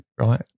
right